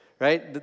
right